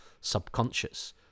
subconscious